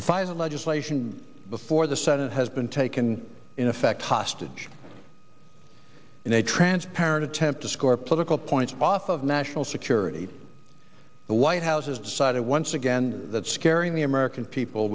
the final legislation before the senate has been taken in effect hostage in a transparent attempt to score political points off of national security the white house has decided once again that scaring the american people